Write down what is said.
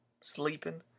Sleeping